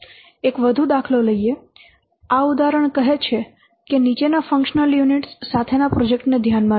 એક વધુ દાખલો લઈએ આ ઉદાહરણ કહે છે કે નીચેના ફંક્શનલ યુનિટ્સ સાથેના પ્રોજેક્ટને ધ્યાનમાં લો